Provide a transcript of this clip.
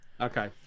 Okay